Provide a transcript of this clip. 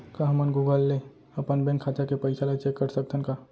का हमन गूगल ले अपन बैंक खाता के पइसा ला चेक कर सकथन का?